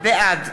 בעד